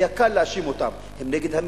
היה קל להאשים אותם: הם נגד המדינה,